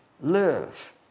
live